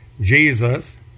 Jesus